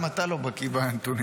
רון, אתה לא בקי בנתונים.